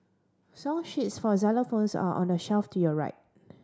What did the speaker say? song sheets for xylophones are on the shelf to your right